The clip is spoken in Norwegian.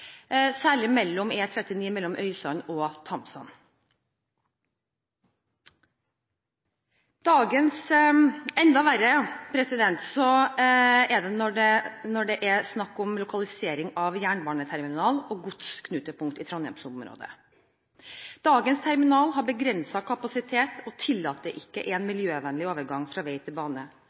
særlig på E39 mellom Øysand og Thamshamn. Enda verre er det når det er snakk om lokalisering av jernbaneterminal og godsknutepunkt i Trondheims-området. Dagens terminal har begrenset kapasitet og tillater ikke en miljøvennlig overgang fra vei til bane.